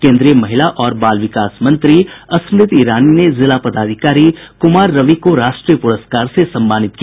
केंद्रीय महिला और बाल विकास मंत्री स्मृति ईरानी ने जिला पदाधिकारी कुमार रवि को राष्ट्रीय पुरस्कार से सम्मानित किया